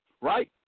right